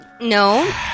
No